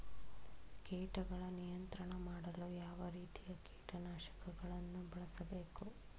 ಕೀಟಗಳ ನಿಯಂತ್ರಣ ಮಾಡಲು ಯಾವ ರೀತಿಯ ಕೀಟನಾಶಕಗಳನ್ನು ಬಳಸಬೇಕು?